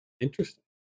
interesting